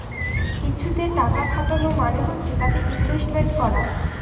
কিছুতে টাকা খাটানো মানে হচ্ছে তাতে ইনভেস্টমেন্ট করা